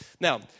Now